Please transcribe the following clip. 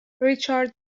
ریچارد